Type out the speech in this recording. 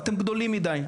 אתם גדולים מדי,